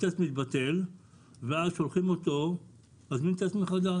הטסט מתבטל ואז שולחים אותו להזמין טסט מחדש.